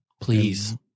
Please